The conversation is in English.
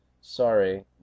sorry